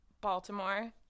Baltimore